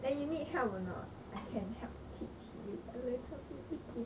eh you need help or not I can help teach you a little bit 一点点